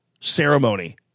ceremony